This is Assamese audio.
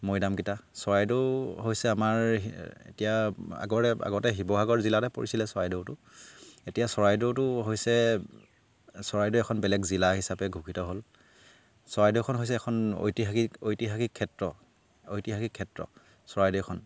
মৈদামকেইটা চৰাইদেউ হৈছে আমাৰ এতিয়া আগতে আগতে শিৱসাগৰ জিলাতে পৰিছিলে চৰাইদেউটো এতিয়া চৰাইদেউটো হৈছে চৰাইদেউ এখন বেলেগ জিলা হিচাপে ঘোষিত হ'ল চৰাইদেউখন হৈছে এখন ঐতিহাসিক ঐতিহাসিক ক্ষেত্ৰ ঐতিহাসিক ক্ষেত্ৰ চৰাইদেউখন